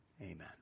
Amen